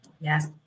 Yes